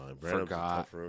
forgot